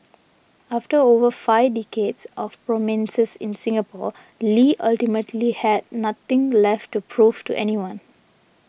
after over five decades of prominence's in Singapore Lee ultimately had nothing left to prove to anyone